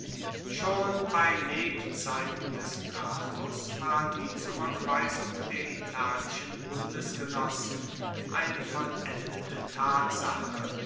schon bei lebzeiten des gracchus war die zurückweisung der italischen bundesgenossen eine vollendete tatsache